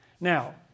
Now